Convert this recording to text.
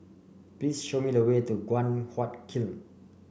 please show me the way to Guan Huat Kiln